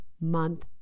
month